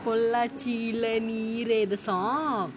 பொள்ளாச்சிலயே நீரே:pollaachilae neerae song